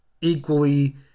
equally